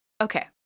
okay